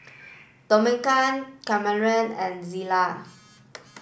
Domingo Cameron and Zillah